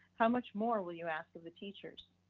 how much more will you ask of the teachers?